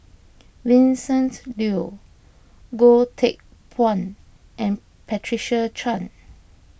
Vincent Leow Goh Teck Phuan and Patricia Chan